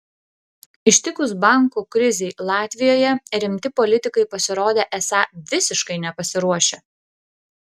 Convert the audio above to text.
ištikus bankų krizei latvijoje rimti politikai pasirodė esą visiškai nepasiruošę